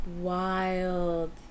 wild